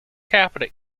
capita